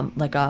and like ah